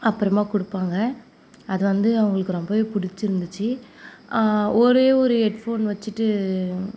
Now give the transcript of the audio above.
அப்புறமா கொடுப்பாங்க அது வந்து அவங்களுக்கு ரொம்பவே பிடிச்சிருந்துச்சு ஒரே ஒரு ஹெட் ஃபோன் வச்சிகிட்டு